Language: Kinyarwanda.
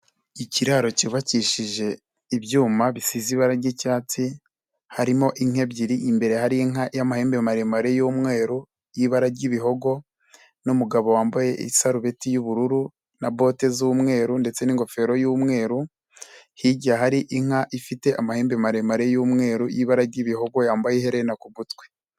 Ikiraro cyubakishije ibyuma bisize ibara ry'icyatsi harimo inka ebyiri, imbere hari inka y'amahembe maremare y'umweru y'ibara ry'ibihogo n'umugabo wambaye isarubeti y'ubururu na bote z'umweru ndetse n'ingofero y'umweru, hirya hari inka ifite amahembe maremare y'umweru, ibara ry'ibihogo yambaye ihena ku gutwi.